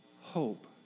hope